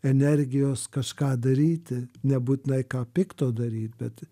energijos kažką daryti nebūtinai ką pikto daryt bet